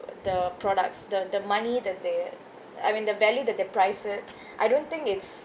the products the the money that they I mean the value that they price it I don't think it's